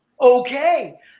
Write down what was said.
okay